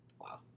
wow